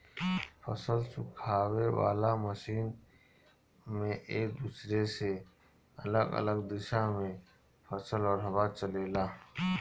फसल सुखावे वाला मशीन में एक दूसरे से अलग अलग दिशा में फसल और हवा चलेला